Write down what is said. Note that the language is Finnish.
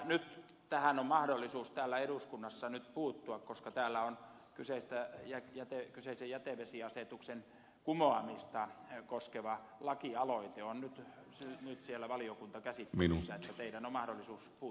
nyt tähän on mahdollisuus täällä eduskunnassa puuttua koska täällä on kyseisen jätevesiasetuksen kumoamista koskeva lakialoite nyt siellä valiokuntakäsittelyssä että teidän on mahdollisuus puuttua tähän